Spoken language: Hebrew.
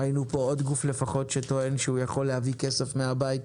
ראינו פה עוד גוף לפחות שטוען שהוא יכול להביא כסף מהבית,